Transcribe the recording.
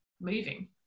moving